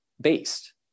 based